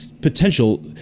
potential